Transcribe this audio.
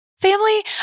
family